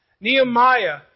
Nehemiah